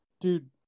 dude